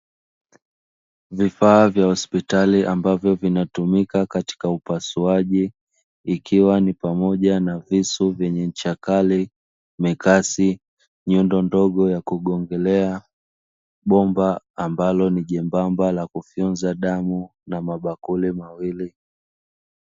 Vifaa vya hospitali ambavyo vinatumika katika upasuaji ikiwa ni pamoja na visu vyenye ncha kali, mikasi, nyundo ndogo ya kugongelea, bomba ambalo ni jembamba la kufonza damu na mabakuli mawili.